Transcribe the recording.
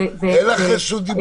אין לך רשות דיבור כרגע.